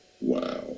Wow